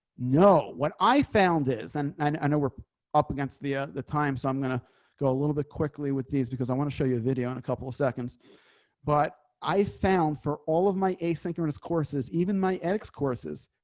know what i found is, and and i know we're up against the ah the time. so i'm going to go a little bit quickly with these because i want to show you a video in a couple of seconds. jonathan weissman but i found for all of my asynchronous courses, even my ex courses,